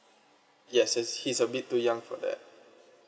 yes yes he's a bit too young for that